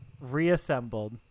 reassembled